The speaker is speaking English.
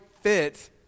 fit